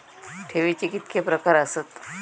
ठेवीचे कितके प्रकार आसत?